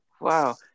Wow